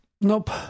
nope